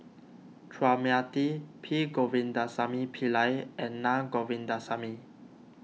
Chua Mia Tee P Govindasamy Pillai and Naa Govindasamy